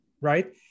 Right